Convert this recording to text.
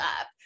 up